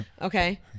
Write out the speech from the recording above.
Okay